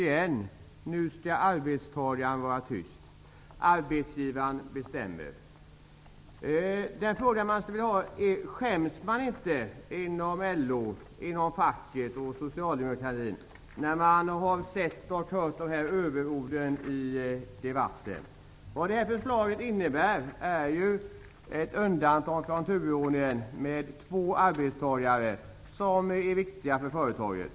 Budskapet är att nu skall arbetstagaren vara tyst och arbetsgivaren bestämmer. Skäms man inte inom LO, facket och socialdemokratin när man ser och hör överorden i debatten? Förslaget innebär ett undantag från turordningen med två arbetstagare som är viktiga för företaget.